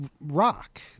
rock